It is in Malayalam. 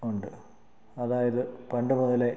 ഉണ്ട് അതായത് പണ്ട് മുതലേ